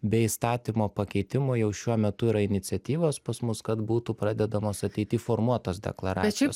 be įstatymo pakeitimo jau šiuo metu yra iniciatyvos pas mus kad būtų pradedamos ateity formuot tos deklaracijos